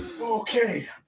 Okay